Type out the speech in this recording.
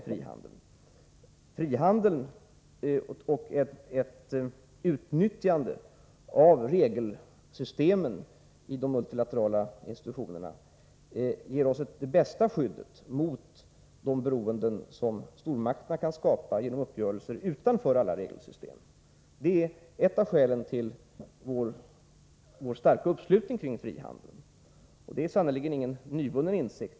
Frihandeln och ett utnyttjande av regelsystemen i de multilaterala institutionerna ger oss det bästa skyddet mot de beroenden som stormakterna kan skapa genom uppgörelser utanför alla regelsystem. Det är ett av skälen till vår starka uppslutning kring frihandeln. Det är sannerligen ingen nyvunnen insikt.